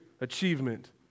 achievement